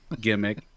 gimmick